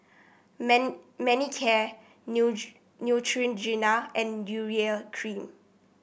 Man Manicare Neutrogena and Urea Cream